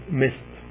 missed